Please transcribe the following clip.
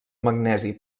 magnesi